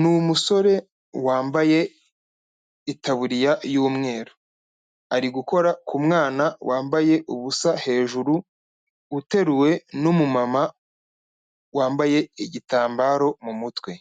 N’umusore wambaye itaburiya y’umweru ari gukora ku mwana wambaye ubusa hejuru uteruwe numu mama wambaye igitambaro mu mutwe